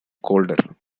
colder